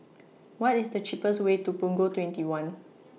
What IS The cheapest Way to Punggol twenty one